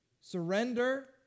Surrender